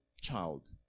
child